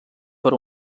per